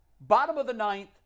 bottom-of-the-ninth